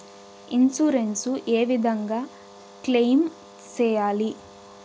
Insurance ఏ విధంగా claim సేయాలి?